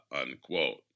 unquote